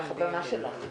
בבקשה.